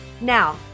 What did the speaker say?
Now